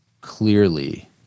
clearly